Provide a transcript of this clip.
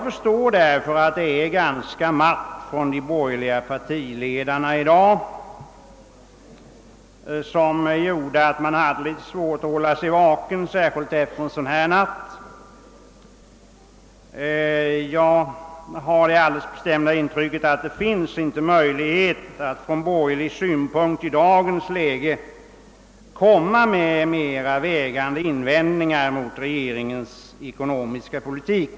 Kritiken från de borgerliga partiledarna är därför ganska matt i dag, vilket gör att man kan ha litet svårt att hålla sig vaken, särskilt efter den arbetsamma natt som vi haft. Jag har det bestämda intrycket, att det i dagens läge inte finns några möjligheter för de borgerliga att komma med mera vägande invändningar mot regeringens ekonomiska politik.